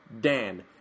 Dan